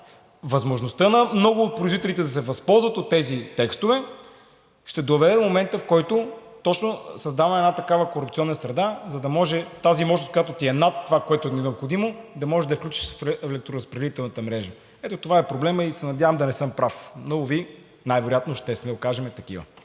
възможността на много от производителите да се възползват от тези текстове, ще доведе до момента, в който точно създава една такава корупционна среда, за да може тази мощност, която е над това, което ни е необходимо, да може да я включиш в електроразпределителната мрежа. Ето това е проблемът и се надявам да не съм прав, но уви, най-вероятно ще се окажа такъв.